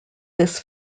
this